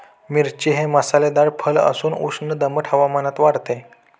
मिरची हे मसालेदार फळ असून उष्ण दमट हवामानात वाढते